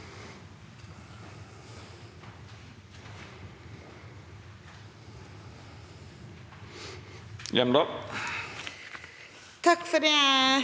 takk for det